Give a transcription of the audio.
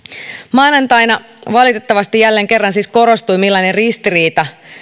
maanantaina siis valitettavasti jälleen kerran korostui millainen ristiriita